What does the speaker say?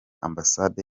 ambasade